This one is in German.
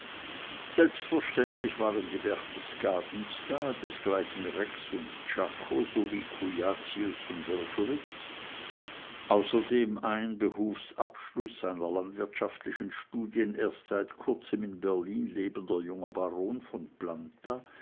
selbstverständlich waren die berchtesgadens da desgleichen rex und czako sowie cujacius und wrschowitz außerdem ein behufs abschluß seiner landwirtschaftlichen studien erst seit kurzem in berlin lebender junger baron von planta